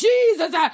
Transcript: Jesus